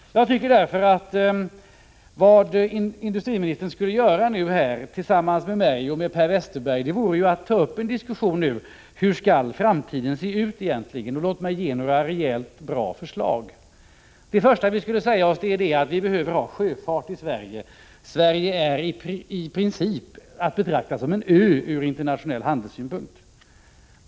Vad industriministern här borde göra tillsammans med mig och Per Westerberg är att starta en diskussion om hur framtiden för Svenska Varv egentligen skall se ut. Låt mig ge några rejäla och bra förslag. Det första vi skulle säga oss är att vi i Sverige behöver ha sjöfart. Sverige är i princip att betrakta som en öÖ ur internationell handelssynpunkt.